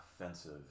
offensive